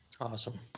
Awesome